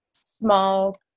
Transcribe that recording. small